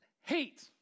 hate